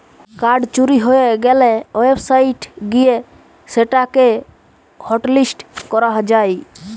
card চুরি হয়ে গ্যালে ওয়েবসাইট গিয়ে সেটা কে হটলিস্ট করা যায়